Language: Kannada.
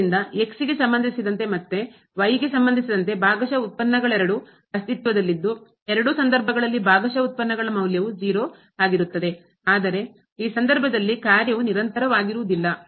ಆದ್ದರಿಂದ ಗೆ ಸಂಬಂಧಿಸಿದಂತೆ ಮತ್ತು ಗೆ ಸಂಬಂಧಿಸಿದಂತೆ ಭಾಗಶಃ ಉತ್ಪನ್ನಗಳೆರಡೂ ಅಸ್ತಿತ್ವದಲ್ಲಿದ್ದು ಎರಡೂ ಸಂದರ್ಭಗಳಲ್ಲಿ ಭಾಗಶಃ ಉತ್ಪನ್ನಗಳ ಮೌಲ್ಯವು 0 ಆಗಿರುತ್ತದೆ ಆದರೆ ಈ ಸಂದರ್ಭದಲ್ಲಿ ಕಾರ್ಯವು ನಿರಂತರವಾಗಿರುವುದಿಲ್ಲ